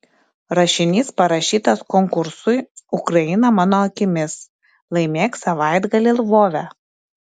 rašinys parašytas konkursui ukraina mano akimis laimėk savaitgalį lvove